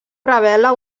revela